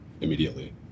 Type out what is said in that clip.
immediately